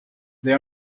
they